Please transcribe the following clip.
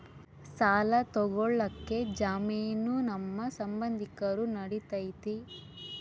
ಸಾಲ ತೊಗೋಳಕ್ಕೆ ಜಾಮೇನು ನಮ್ಮ ಸಂಬಂಧಿಕರು ನಡಿತೈತಿ?